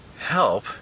help